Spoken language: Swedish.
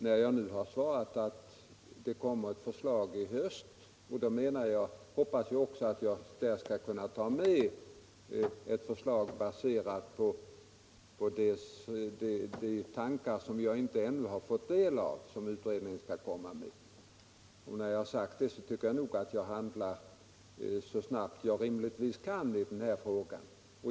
När jag svarat att det skall komma ett förslag i höst hoppas jag också att där kunna ta med ett förslag som baseras på de tankegångar jag ännu inte fått del av, vilka utredningen skall lägga fram. När jag upplyst om detta tycker jag nog att jag handlat så snabbt jag rimligtvis kunnat i den här frågan.